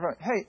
Hey